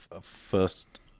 first